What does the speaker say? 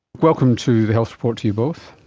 welcome to the health report to you both.